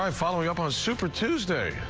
um following up on super tuesday.